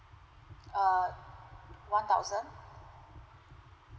err one thousand